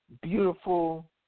beautiful